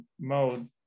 mode